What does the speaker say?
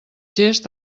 gest